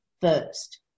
first